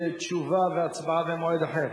ותשובה והצבעה במועד אחר.